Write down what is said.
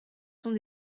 sont